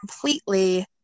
completely